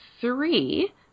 three